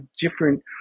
different